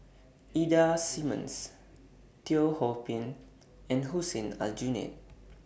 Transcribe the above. Ida Simmons Teo Ho Pin and Hussein Aljunied